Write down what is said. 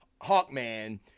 Hawkman